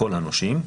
כל הנושים.